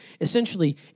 Essentially